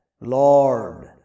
Lord